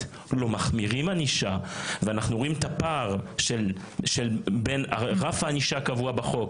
לא מחמירים ענישה ואנחנו רואים את הפער בין רף הענישה הקבוע בחוק,